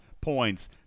points